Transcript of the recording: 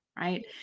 right